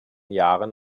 jahren